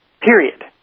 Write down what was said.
Period